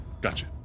Gotcha